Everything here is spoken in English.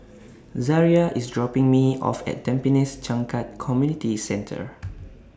Zariah IS dropping Me off At Tampines Changkat Community Centre